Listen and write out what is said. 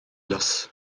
los